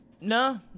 No